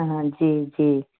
हा जी जी